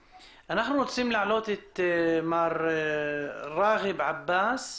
שמעתי את הנציג של המשרד לביטחון פנים